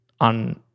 on